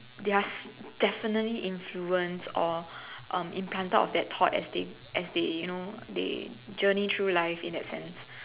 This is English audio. they are definitely influenced or um implanted of that thought as they as they you know they journey through life in that sense